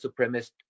supremacist